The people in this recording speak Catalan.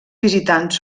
visitants